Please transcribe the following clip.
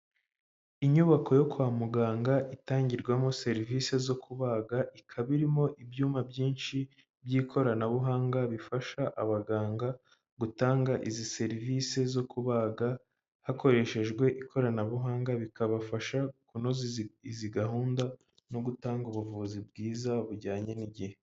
Inyubako yo kwa muganga itangirwamo serivise zo kubaga, ikaba irimo ibyuma byinshi by'ikoranabuhanga bifasha abaganga gutanga izi serivise zo kubaga hakoreshejwe ikoranabuhanga, bikabafasha kunoza izi gahunda no gutanga ubuvuzi bwiza bujyanye n'igihe.